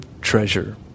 treasure